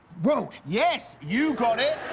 road. yes, you got it.